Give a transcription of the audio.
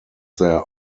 their